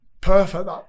perfect